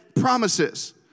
promises